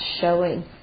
showing